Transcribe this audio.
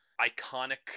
iconic